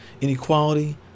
inequality